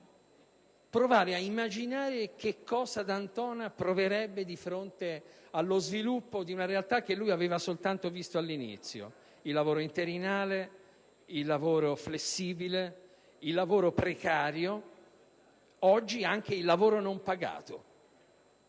provare a immaginare che cosa D'Antona proverebbe di fronte allo sviluppo di una realtà che lui aveva soltanto visto all'inizio: il lavoro interinale, il lavoro flessibile, il lavoro precario, oggi anche il lavoro non pagato.